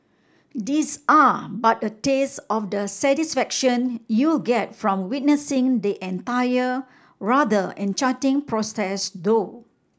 these are but a taste of the satisfaction you'll get from witnessing the entire rather enchanting process though